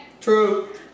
True